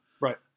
right